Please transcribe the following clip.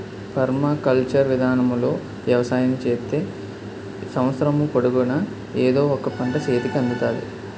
permaculture విధానములో వ్యవసాయం చేత్తే సంవత్సరము పొడుగునా ఎదో ఒక పంట సేతికి అందుతాది